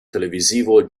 televisivo